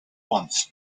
month